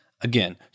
Again